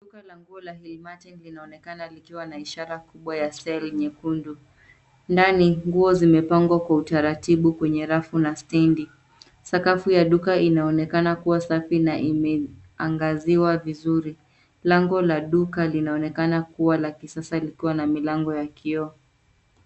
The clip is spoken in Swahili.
Duka la nguo la Hillmarten linaonekana likiwa na ishara kubwa ya sale nyekundu, ndani nguo zimepangwa kwa utaratibu kwenye rafu na stendi. Sakafu ya duka inaonekana kuwa safi na imeangaziwa vizuri. Lango la duka linaonekana kuwa la kisasa likiwa na milango ya kioo.